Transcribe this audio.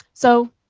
so